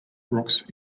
rocks